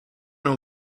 know